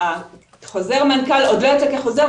חוזר מנכ"ל עוד לא יצא כחוזר,